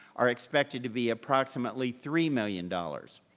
are expected to be approximately three million dollars.